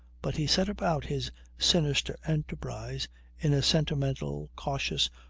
but he set about his sinister enterprise in a sentimental, cautious,